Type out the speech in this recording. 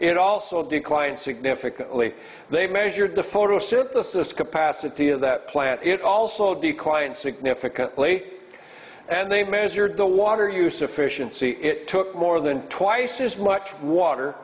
it also declined significantly they measured the photosynthesis capacity of that plant it also declined significantly and they measured the water use efficiency it took more than twice as much water